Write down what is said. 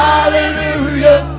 Hallelujah